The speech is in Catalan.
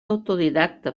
autodidacta